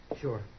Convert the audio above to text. sure